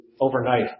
overnight